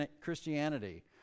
Christianity